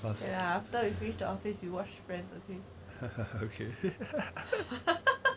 ya after you finish the office you watch friends okay